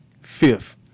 Fifth